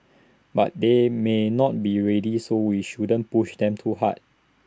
but they may not be ready so we shouldn't push them too hard